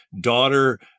daughter